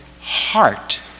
heart